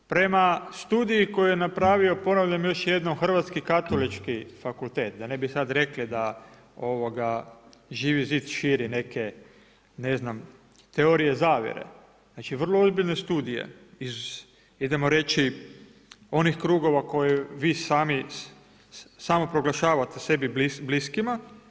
Prema studiji koju je napravio, ponavljam još jednom Hrvatski katolički fakultet, da ne bi sada rekli da Živi zid širi neke, ne znam teorije zavjere, znači vrlo ozbiljne studije iz idemo reći onih krugova koje vi sami, samoproglašavate sebi bliskima.